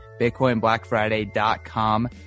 BitcoinBlackFriday.com